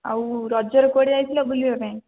ଆଉ ରଜରେ କୁଆଡ଼େ ଯାଇଥିଲ ବୁଲିବା ପାଇଁ